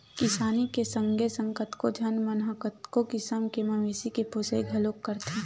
किसानी के संगे संग कतको झन मन ह कतको किसम के मवेशी के पोसई घलोक करथे